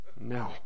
No